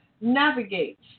navigate